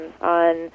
on